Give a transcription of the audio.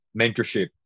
mentorship